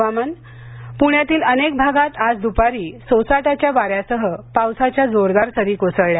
हवामान प्ण्यातील अनेक भागात आज दुपारी सोसाट्याच्या वाऱ्यासह पावसाच्या जोरदार सरी कोसळल्या